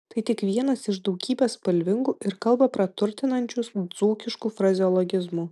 tai tik vienas iš daugybės spalvingų ir kalbą praturtinančių dzūkiškų frazeologizmų